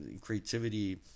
creativity